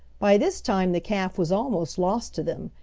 by this time the calf was almost lost to them,